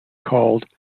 called